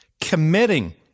committing